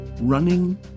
running